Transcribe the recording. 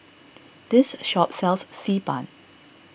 this shop sells Xi Ban